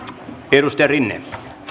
edustaja rinne